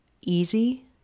easy